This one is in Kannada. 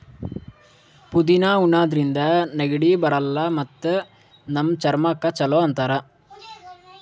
ಪುದಿನಾ ಉಣಾದ್ರಿನ್ದ ನೆಗಡಿ ಬರಲ್ಲ್ ಮತ್ತ್ ನಮ್ ಚರ್ಮಕ್ಕ್ ಛಲೋ ಅಂತಾರ್